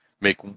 make